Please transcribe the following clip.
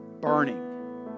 burning